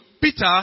Peter